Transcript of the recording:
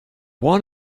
want